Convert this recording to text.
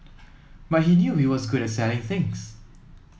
but he knew he was good at selling things